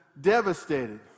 devastated